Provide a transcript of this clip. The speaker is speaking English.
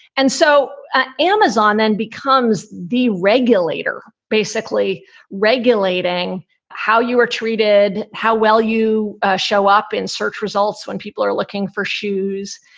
and so ah amazon then becomes the regulator, basically regulating how you are treated, how well you ah show up in search results when people are looking for shoes.